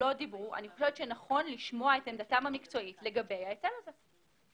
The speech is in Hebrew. אני חושבת שנכון לשמוע את עמדתם המקצועית לגבי ההיטל הזה.